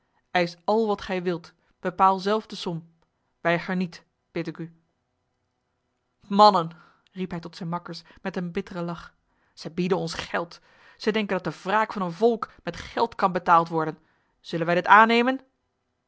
eis al wat gij wilt bepaal zelfde som weiger niet bid ik u mannen riep hij tot zijn makkers met een bittere lach zij bieden ons geld zij denken dat de wraak van een volk met geld kan betaald worden zullen wij dit aannemen